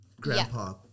grandpa